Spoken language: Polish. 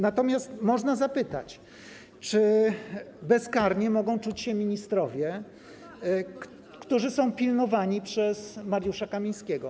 Natomiast można zapytać, czy bezkarni mogą czuć się ministrowie pilnowani przez Mariusza Kamińskiego.